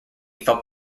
felt